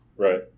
Right